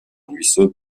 ruisseau